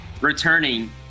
returning